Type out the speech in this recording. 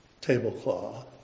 tablecloth